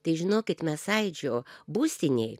tai žinokit mes sąjūdžio būstinėj